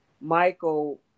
Michael